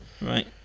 Right